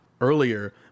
earlier